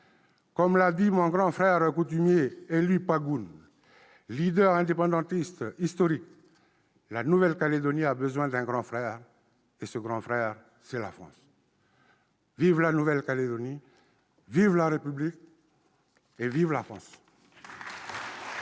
Comme l'a dit mon grand frère coutumier Élie Poigoune, leader indépendantiste historique, « la Nouvelle-Calédonie a besoin d'un grand frère, et ce grand frère, c'est la France ». Vive la Nouvelle-Calédonie ! Vive la République ! Vive la France